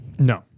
No